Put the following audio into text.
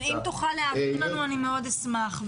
אם תוכל להעביר לנו, אני מאוד אשמח.